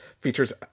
features